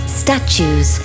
statues